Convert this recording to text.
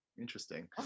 Interesting